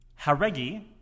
Haregi